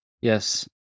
Yes